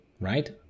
Right